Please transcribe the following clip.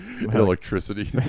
Electricity